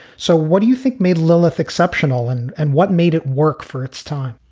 so what do you think made lilith exceptional and and what made it work for its time?